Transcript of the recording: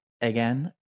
again